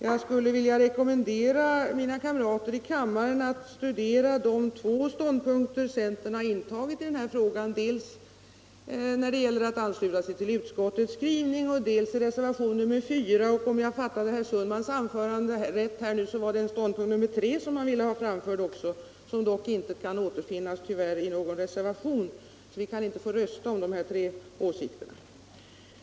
Jag skulle vilja rekommendera mina kamrater i kammaren att studera de två ståndpunkter centern intagit i den här frågan när det gäller att ansluta sig dels till utskottets skrivning, dels till reservationen 4. Om jag fattat herr Sundman rätt fanns det en ståndpunkt nr 3, som han också ville ha framförd. Den återfinns dock tyvärr inte i någon reservation så vi kan inte få rösta om dessa tre åsikter.